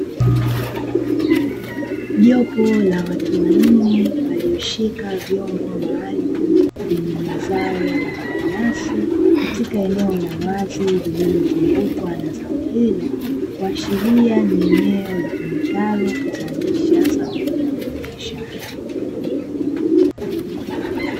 Jopo la watu wanne, walioshika vyombo maalumu lenye mazao ya mananasi, katika eneo la wazi lililo zungukwa na zao hilo, kuashiria ni eneo litumikalo kuzalisha zao hilo la biashara.